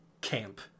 camp